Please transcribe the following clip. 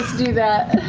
do that.